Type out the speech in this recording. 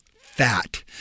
fat